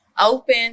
open